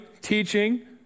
teaching